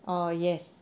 oh yes